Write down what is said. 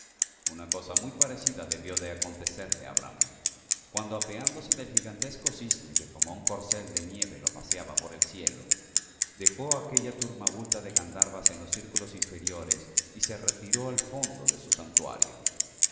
una cosa muy parecida debió acontecerle á brahma cuando apeándose del gigantesco cisne que como un corcel de nieve lo paseaba por el cielo dejó á aquella turba multa de grandharvas en los círculos inferiores y se retiró al fondo de su santuario